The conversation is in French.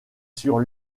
sur